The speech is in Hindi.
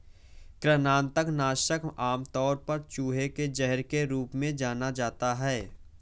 कृंतक नाशक आमतौर पर चूहे के जहर के रूप में जाना जाता है